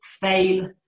fail